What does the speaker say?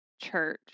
church